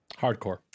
Hardcore